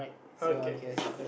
okay okay